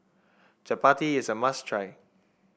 Chapati is a must try